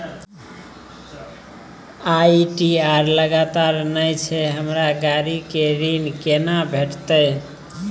ITR लगातार नय छै हमरा गाड़ी के ऋण केना भेटतै?